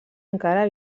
encara